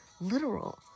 literal